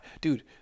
dude